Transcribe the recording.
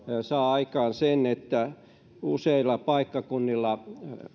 saa aikaan sen että useilla paikkakunnilla